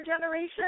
generation